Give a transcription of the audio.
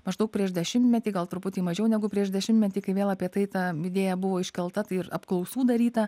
maždaug prieš dešimtmetį gal truputį mažiau negu prieš dešimtmetį kai vėl apie tai ta idėja buvo iškelta tai ir apklausų daryta